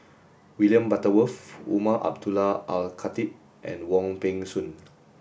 William Butterworth Umar Abdullah Al Khatib and Wong Peng Soon